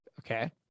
okay